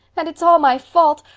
and it's all my fault.